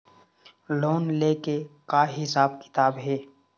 Loan ले के का हिसाब किताब हे?